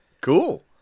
Cool